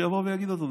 שיבוא ויגיד אותו.